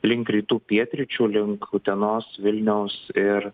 link rytų pietryčių link utenos vilniaus ir